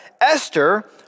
Esther